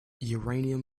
uranium